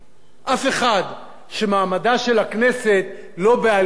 שמעמדה של הכנסת לא בעלייה גדולה ודרמטית,